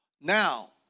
Now